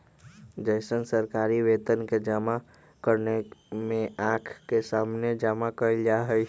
जैसन सरकारी वेतन के जमा करने में आँख के सामने जमा कइल जाहई